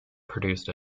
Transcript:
produced